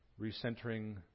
recentering